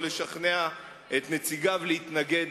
אז,